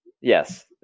yes